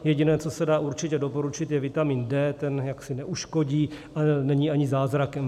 Jediné, co se dá určitě doporučit, je vitamín D, ten jaksi neuškodí, ale není ani zázrakem.